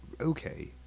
Okay